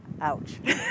Ouch